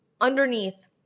underneath